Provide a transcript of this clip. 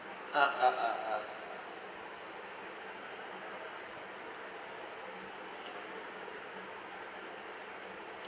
ah ah ah ah